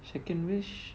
second second wish